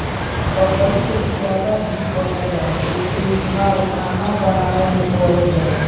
लकड़ी से बुरादा भी बनेला जेइके इस्तमाल खाना बनावे में कईल जाला